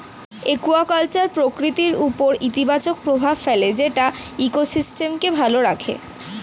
aquaculture প্রকৃতির উপর ইতিবাচক প্রভাব ফেলে যেটা ইকোসিস্টেমকে ভালো রাখে